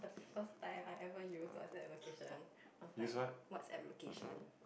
first time I ever use WhatsApp location I was like WhatsApp location